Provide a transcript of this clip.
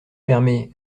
fermé